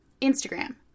Instagram